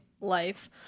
life